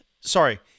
sorry